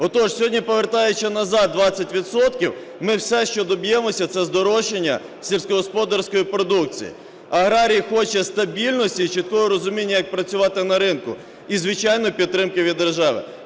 Отож сьогодні, повертаючи назад 20 відсотків, ми все, що доб'ємося, це здорожчання сільськогосподарської продукції. Аграрій хоче стабільності і чіткого розуміння, як працювати на ринку, і звичайно, підтримки від держави.